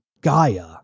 Gaia